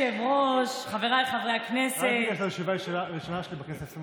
חבר הכנסת אבו